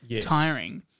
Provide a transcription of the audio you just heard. tiring